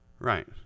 Right